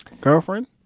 Girlfriend